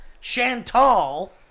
Chantal